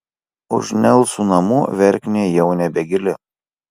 už nelsų namų verknė jau nebegili